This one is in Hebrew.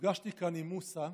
נפגשתי כאן עם מוסא.